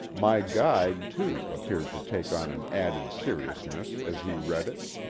my guide, too, appeared to take on an added seriousness as he read it,